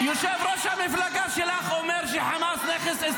עבר הזמן, עבר הזמן,